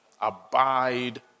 Abide